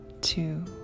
two